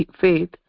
faith